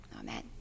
Amen